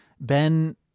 Ben